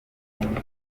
guhumeka